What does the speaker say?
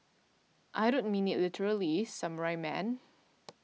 I don't mean it literally Samurai man